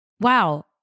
Wow